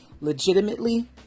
legitimately